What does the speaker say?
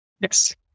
Yes